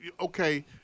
Okay